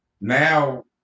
now